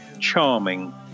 Charming